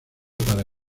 para